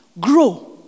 grow